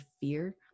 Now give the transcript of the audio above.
fear